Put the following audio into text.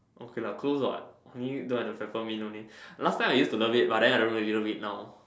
okay lah close what only don't have the Peppermint only last time I used to love it but I don't really love it now